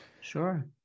Sure